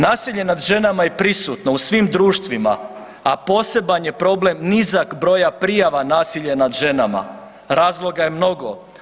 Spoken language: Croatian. Nasilje nad ženama je prisutno u svim društvima, a poseban je problem nizak broja prijava nasilja nad ženama, razloga je mnogo.